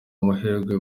amahirwe